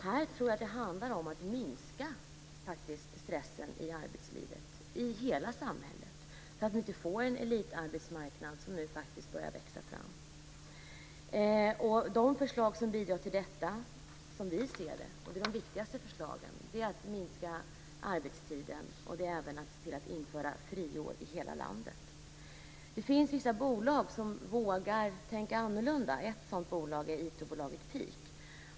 Här tror jag att det handlar om att minska stressen i arbetslivet i hela samhället, så att vi inte får den elitarbetsmarknad som nu faktiskt börjar växa fram. De viktigaste förslagen som bidrar till detta, som vi ser det, är att minska arbetstiden och att införa friår i hela landet. Det finns vissa bolag som vågar tänka annorlunda. Ett sådant bolag är IT-bolaget Peak.